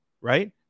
Right